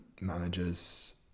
managers